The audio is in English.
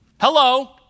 Hello